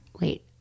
Wait